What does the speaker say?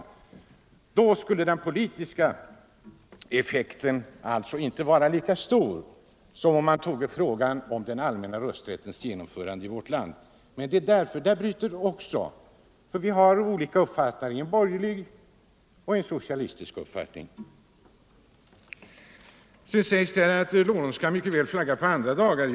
Men då skulle den politiska effekten inte bli lika stor som om dagen för den allmänna rösträttens genomförande i vårt land blev allmän flaggdag. Där bryts alltså meningarna. Vi har olika uppfattningar, en borgerlig och en socialistisk. Sedan har det också sagts att herr Lorentzon väl kan flagga på andra dagar.